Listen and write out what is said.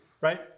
Right